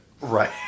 Right